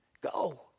Go